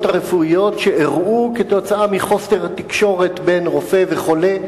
הרפואיות שאירעו כתוצאה מחוסר תקשורת בין רופא לחולה,